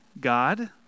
God